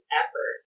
effort